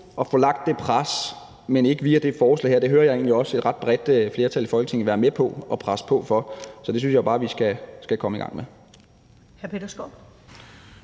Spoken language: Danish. og få lagt det pres, men ikke via det her forslag. Jeg hører egentlig også et ret bredt flertal i Folketinget være med på, at vi skal lægge det pres, så det synes jeg bare vi skal komme i gang med.